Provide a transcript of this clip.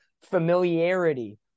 familiarity